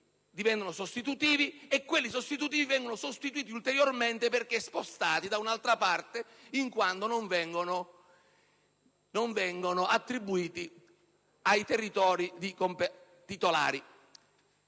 divengono sostitutivi e quelli sostitutivi vengono sostituiti ulteriormente, perché spostati da un'altra parte in quanto non vengono attribuiti ai territori che